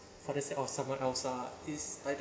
for the sake of someone else ah it's